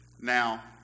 Now